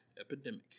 Epidemic